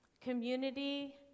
Community